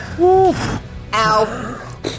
Ow